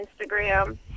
Instagram